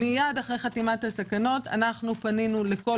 מייד אחרי חתימת התקנות אנו פנינו לכל